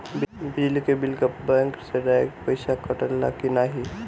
बिजली के बिल का बैंक से डिरेक्ट पइसा कटेला की नाहीं?